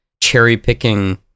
cherry-picking